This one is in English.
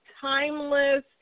timeless